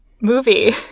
movie